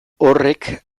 horrek